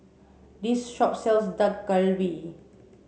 this shop sells Dak Galbi